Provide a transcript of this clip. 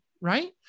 right